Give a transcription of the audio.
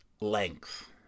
length